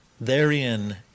Therein